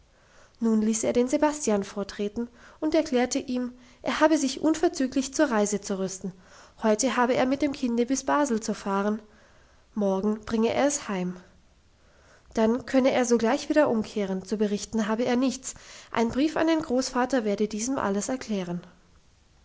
nun ließ er den sebastian vortreten und erklärte ihm er habe sich unverzüglich zur reise zu rüsten heute habe er mit dem kinde bis nach basel zu fahren morgen bringe er es heim dann könne er sogleich wieder umkehren zu berichten habe er nichts ein brief an den großvater werde diesem alles erklären